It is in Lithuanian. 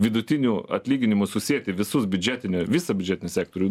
vidutiniu atlyginimu susieti visus biudžetinę visą biudžetinį sektorių